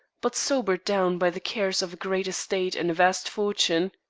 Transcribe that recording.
but sobered down by the cares of a great estate and a vast fortune.